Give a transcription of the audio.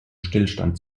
stillstand